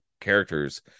characters